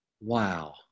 Wow